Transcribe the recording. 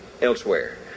elsewhere